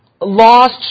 lost